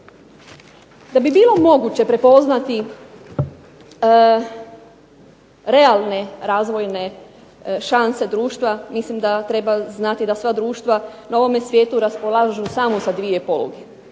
Da bi bilo moguće prepoznati realne razvojne šanse društva mislim da treba znati da sva društva na ovome svijetu raspolažu samo sa dvije poluge.